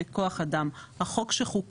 טיפול או אשפוז פסיכיאטרי והשגחה של עובד